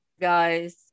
guys